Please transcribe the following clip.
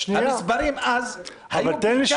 שנייה, תנו לי.